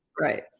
Right